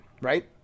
right